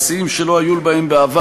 בשיאים שלא היו בהם בעבר.